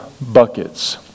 buckets